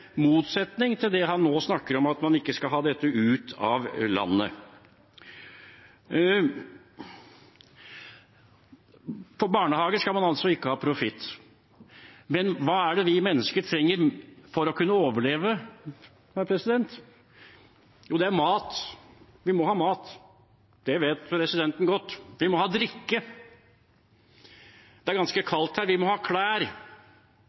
motsetning til det han nå snakker om, at man ikke skal ta dette ut av landet. På barnehager skal man altså ikke ha profitt. Men hva er det vi mennesker trenger for å kunne overleve? Jo, det er mat. Vi må ha mat, det vet presidenten godt. Vi må ha drikke. Det er ganske kaldt her, vi må ha